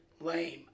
lame